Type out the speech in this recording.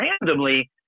randomly